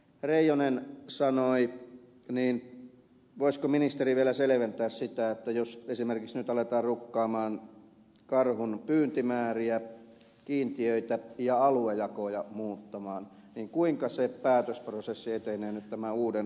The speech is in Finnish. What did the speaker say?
reijonen sanoi voisiko ministeri vielä selventää sitä että jos nyt esimerkiksi aletaan karhun pyyntimääriä kiintiöitä rukata aletaan aluejakoja muuttaa niin kuinka se päätösprosessi etenee nyt tämän uuden organisaation mukaan